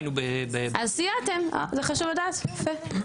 אז סייעתם זה חשוב לדעת, יפה.